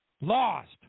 Lost